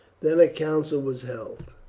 then a council was held.